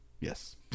yes